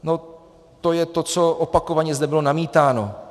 No to je to, co opakovaně zde bylo namítáno.